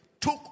took